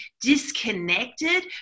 disconnected